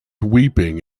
weeping